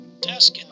desk